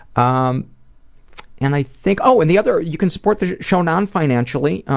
um and i think oh! and the other you can support the show non-financially,